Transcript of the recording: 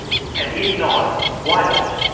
and if not, why not?